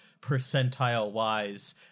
percentile-wise